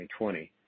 2020